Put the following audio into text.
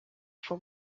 for